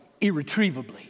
irretrievably